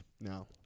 No